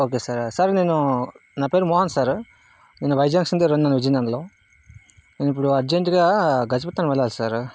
okay sir sir నేను నా పేరు మోహన్ సార్ నేను వైజాగ్ విజయనగరంలో నేను ఇప్పుడు అర్జెంట్గా గజపతి నగరం వెళ్ళాలి సార్